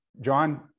John